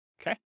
Okay